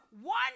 One